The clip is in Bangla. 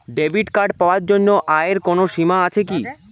ডেবিট কার্ড পাওয়ার জন্য আয়ের কোনো সীমা আছে কি?